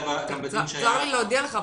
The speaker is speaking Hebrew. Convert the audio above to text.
צר לי להודיע לך,